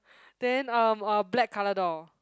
then um uh black colour door